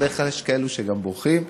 בדרך כלל יש כאלה שגם בורחים.